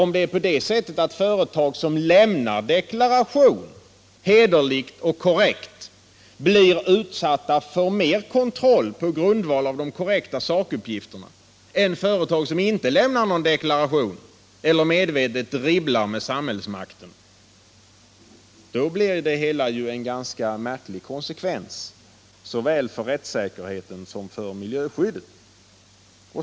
Om de företag som hederligt och korrekt lämnar deklaration blir utsatta för mer kontroll på grundval av de korrekta sakuppgifterna än företag som inte lämnar någon deklaration eller medvetet dribblar med samhällsmakten, då blir ju det hela en ganska märklig konsekvens, såväl för rättssäkerheten som för miljöskyddet.